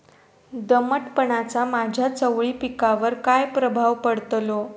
दमटपणाचा माझ्या चवळी पिकावर काय प्रभाव पडतलो?